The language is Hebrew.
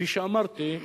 כפי שאמרתי,